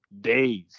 days